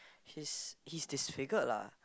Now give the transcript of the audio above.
he's he's disfigured lah